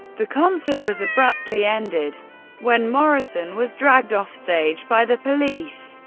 the concert was abruptly ended when morrison was dragged offstage by the police.